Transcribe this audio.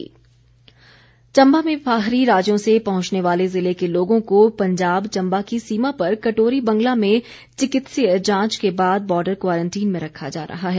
Chamba quarantine Chamba में भी बाहरी राज्यों से पहुंचने वाले ज़िले के लोगों को पंजाब चंबा की सीमा पर कटोरी बंगला में चिकित्सीय जांच के बाद बॉर्डर क्वारंटीन में रखा जा रहा है